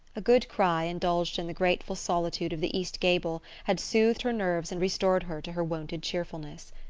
a good cry, indulged in the grateful solitude of the east gable, had soothed her nerves and restored her to her wonted cheerfulness.